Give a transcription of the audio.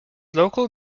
local